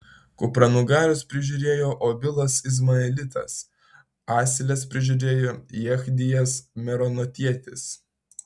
kupranugarius prižiūrėjo obilas izmaelitas asiles prižiūrėjo jechdijas meronotietis